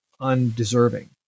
undeserving